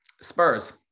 Spurs